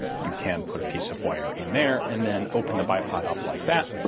you can put a piece of wire in there and then open the bipod up like that,